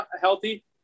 healthy